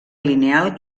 lineal